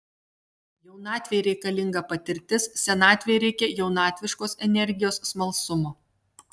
jaunatvei reikalinga patirtis senatvei reikia jaunatviškos energijos smalsumo